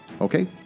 Okay